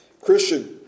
Christian